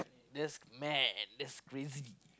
that's mad that's crazy